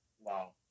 Wow